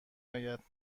آید